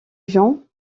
jean